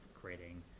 creating